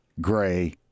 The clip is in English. gray